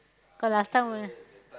cause last time when